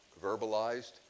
verbalized